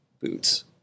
boots